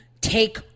take